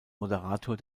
moderator